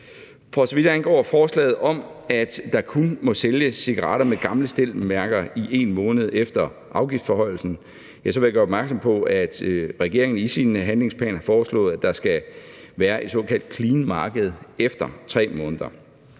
For så vidt angår forslaget om, at der kun må sælges cigaretter med gamle stempelmærker i 1 måned efter afgiftsforhøjelsen, vil jeg gøre opmærksom på, at regeringen i sin handlingsplan har foreslået, at der skal være et såkaldt clean market efter 3 måneder.